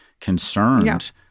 concerned